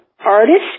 artist